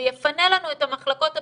זה יפנה לנו את המחלקות הפנימיות,